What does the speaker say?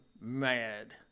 mad